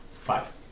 Five